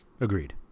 Agreed